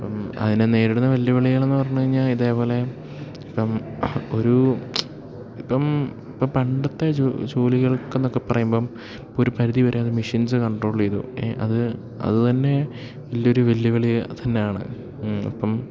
അപ്പം അതിനെ നേരിടുന്ന വെല്ലുവിളികളെന്ന് പറഞ്ഞു കഴിഞ്ഞാൽ ഇതേപോലെ ഇപ്പം ഒരു ഇപ്പം ഇപ്പ പണ്ടത്തെ ജോലികൾക്കെന്നൊക്കെ പറയുമ്പം ഇപ്പം ഒരു പരിധി വരെ അത് മെഷീൻസ് കൺട്രോൾ ചെയ്തു ഏ അത് അത് തന്നെ വലിയ ഒരു വെല്ലുവിളി തന്നെയാണ് അപ്പം